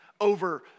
over